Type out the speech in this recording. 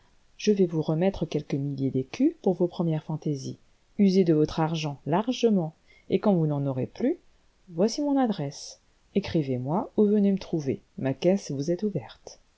je vais vous remettre quelques milliers d'écus pour vos premières fantaisies usez de votre argent largement et quand vous n'en aurez plus voici mon adresse écrivezmoi ou venez me trouver ma caisse vous est ouverte